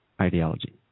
ideology